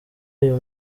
uyu